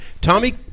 Tommy